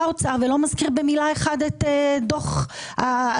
האוצר ולא מזכיר במילה אחת את הדירוג שפרסמה